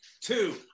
Two